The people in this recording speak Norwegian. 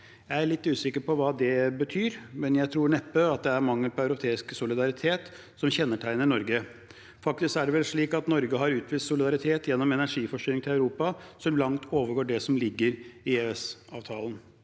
Jeg er litt usikker på hva det betyr, men jeg tror neppe at det er mangel på europeisk solidaritet som kjennetegner Norge. Faktisk er det vel slik at Norge har utvist solidaritet gjennom energiforsyning til Europa som langt overgår det som ligger i EØS-avtalen.